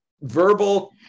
verbal